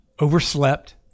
overslept